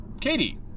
Katie